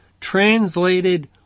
translated